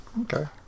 Okay